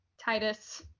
Titus